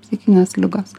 psichinės ligos